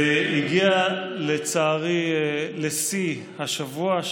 זה הגיע, לצערי, לשיא השבוע.